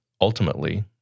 Ultimately